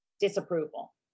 disapproval